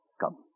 Come